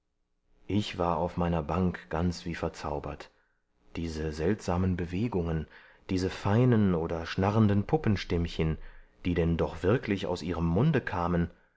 ich war auf meiner bank ganz wie verzaubert diese seltsamen bewegungen diese feinen oder schnarrenden puppenstimmchen die denn doch wirklich aus ihrem munde kamen